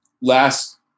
last